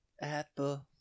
apple